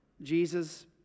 Jesus